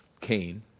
Cain